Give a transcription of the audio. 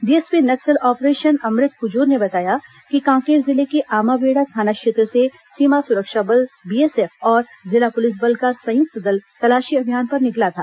DSP Naxal operation Amrit Kujur ने बताया कि कांकेर जिले के आमाबेड़ा थाना क्षेत्र से सीमा सुरक्षा बल बीएसएफ और जिला पुलिस बल का संयुक्त दल तलाशी अभियान पर निकला था